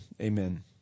Amen